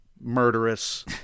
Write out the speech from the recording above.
murderous